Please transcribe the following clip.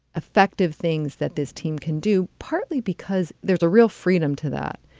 effective things that this team can do, partly because there's a real freedom to that,